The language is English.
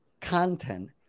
content